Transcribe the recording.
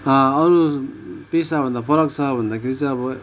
अरू पेसाभन्दा फरक छ भन्दाखेरि चाहिँ अब